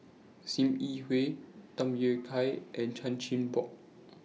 SIM Yi Hui Tham Yui Kai and Chan Chin Bock